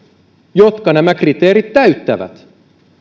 jotka nämä kriteerit täyttävät